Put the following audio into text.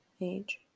age